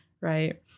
right